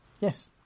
Yes